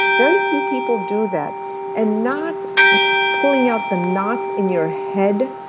very few people do that and not pulling out the knots in your head.